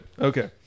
okay